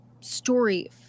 story